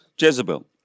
Jezebel